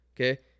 Okay